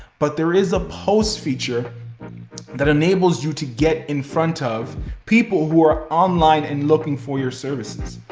but there is a post feature that enables you to get in front of people who are online and looking for your services.